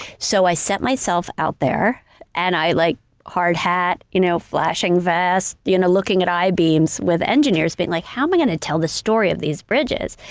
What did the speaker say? so i set myself out there and i like hard hat, you know flashing vest, and looking at i-beams with engineers being like, how am i gonna tell this story of these bridges?